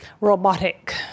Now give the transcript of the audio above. robotic